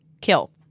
kill